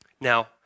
Now